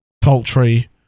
poultry